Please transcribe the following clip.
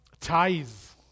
ties